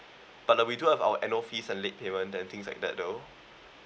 but uh we do have our annual fees and late payment anythings like that though